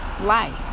Life